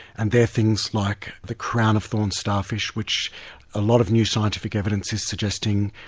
and they're things like the crown of thorns starfish, which a lot of new scientific evidence is suggesting,